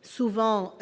souvent